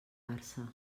barça